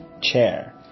chair